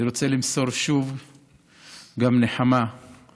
אני רוצה למסור שוב נחמה גם